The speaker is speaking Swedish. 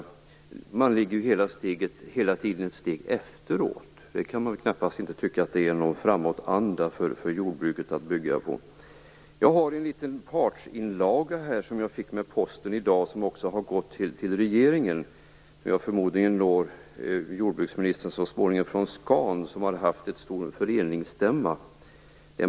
Men man ligger ju hela tiden ett steg efter. Man kan knappast tycka att det är någon framåtanda för jordbruket att bygga på. Jag har en liten partsinlaga här som jag fick med posten i dag, som också har gått till regeringen och förmodligen når jordbruksministern så småningom, från Scan, som har haft en föreningsstämma.